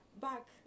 back